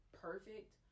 perfect